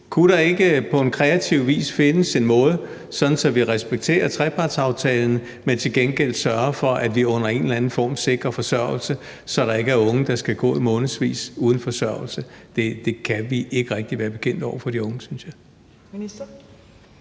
Kunne der ikke på en kreativ vis findes en måde, så vi respekterer trepartsaftalen, men til gengæld sørger for, at vi under en eller anden form sikrer forsørgelse, så der ikke er unge, der skal gå i månedsvis uden forsørgelse? Det kan vi ikke rigtig være bekendt over for de unge, synes jeg. Kl.